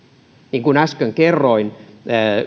niin kuin äsken kerroin